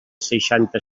seixanta